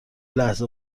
لحظه